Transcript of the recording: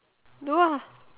do lah